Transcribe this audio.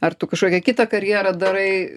ar tu kažkokią kitą karjerą darai